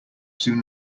soon